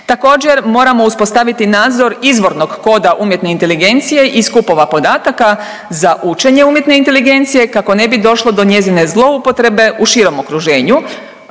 Također moramo uspostaviti nadzor izvornog koda umjetne inteligencije i skupova podataka za učenje umjetne inteligencije kako ne bi došlo do njezine zloupotrebe u širem okruženju